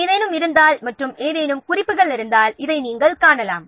ஏதேனும் குறிப்புகள் இருந்தால் அதை நாம் காணலாம்